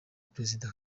perezida